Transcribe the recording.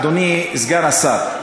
אדוני סגן השר,